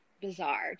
bizarre